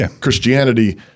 Christianity